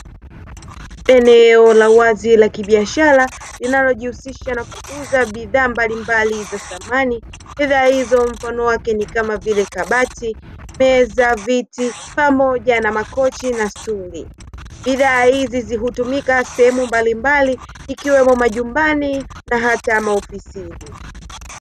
Eneo la uwazi la kibiashara linalojihusisha na kuuza bidhaa mbalimbali za samani, bidhaa hizo mfano wake ni kama vile kabati, meza, viti pamoja na makochi na stuli. Bidhaa hizi hutumika sehemu mbalimbali ikiwemo majumbani na hata ya maofisini.